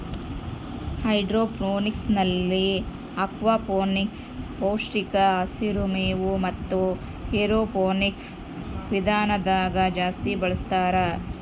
ಹೈಡ್ರೋಫೋನಿಕ್ಸ್ನಲ್ಲಿ ಅಕ್ವಾಫೋನಿಕ್ಸ್, ಪೌಷ್ಟಿಕ ಹಸಿರು ಮೇವು ಮತೆ ಏರೋಫೋನಿಕ್ಸ್ ವಿಧಾನದಾಗ ಜಾಸ್ತಿ ಬಳಸ್ತಾರ